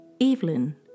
Evelyn